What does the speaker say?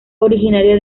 originario